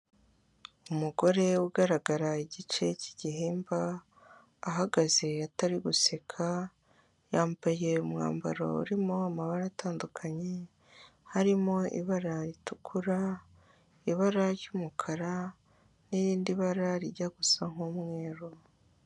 Umugore ugaragara igice cy'igihimba ahagaze atari guseka, yambaye umwambaro urimo amabara atandukanye harimo ibara ritukura, ibara ry'umukara, n'irindi bara rijya gusa n'umweru.